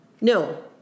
No